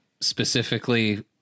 specifically